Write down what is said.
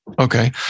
Okay